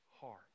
heart